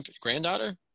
granddaughter